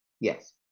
Yes